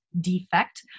defect